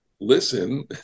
listen